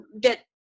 get